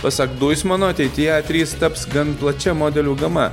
pasak duismano ateityje a trys taps gan plačia modelių gama